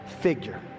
figure